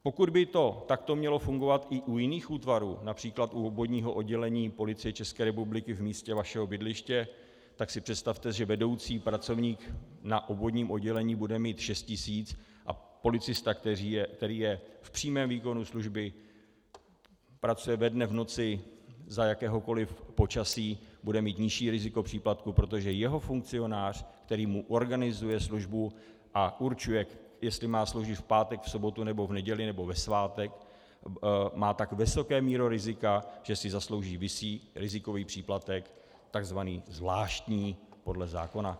Pokud by to takto mělo fungovat i u jiných útvarů, například u obvodního oddělení Policie České republiky v místě vašeho bydliště, tak si představte, že vedoucí pracovník na obvodním oddělení bude mít 6 tisíc a policista, který je v přímém výkonu služby, pracuje ve dne v noci za jakéhokoliv počasí, bude mít nižší riziko příplatku, protože jeho funkcionář, který mu organizuje službu a určuje, jestli má sloužit v pátek, v sobotu, v neděli nebo ve svátek, má tak vysokou míru rizika, že si zaslouží vyšší rizikový příplatek, takzvaný zvláštní podle zákona.